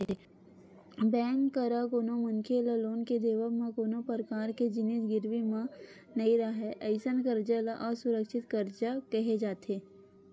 bank करा कोनो मनखे ल लोन के देवब म कोनो परकार के जिनिस गिरवी म नइ राहय अइसन करजा ल असुरक्छित करजा केहे जाथे